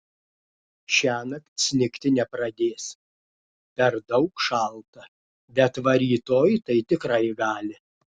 šiąnakt snigti nepradės per daug šalta bet va rytoj tai tikrai gali